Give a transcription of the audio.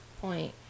point